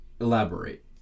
Elaborate